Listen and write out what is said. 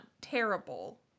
terrible